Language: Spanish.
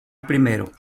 primero